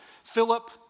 Philip